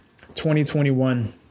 2021